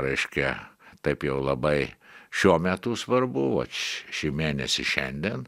reiškia taip jau labai šiuo metu svarbu vat šį mėnesį šiandien